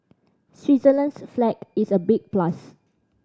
Switzerland's flag is a big plus